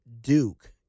Duke